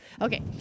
Okay